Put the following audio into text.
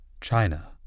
China